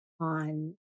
on